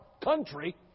country